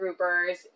groupers